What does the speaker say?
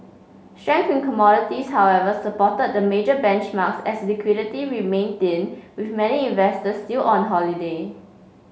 strength in commodities however supported the major benchmarks as liquidity remained thin with many investors still on holiday